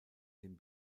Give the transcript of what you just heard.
den